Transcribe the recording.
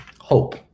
hope